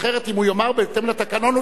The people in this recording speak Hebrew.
אם הוא יאמר "בהתאם לתקנון" הוא צודק.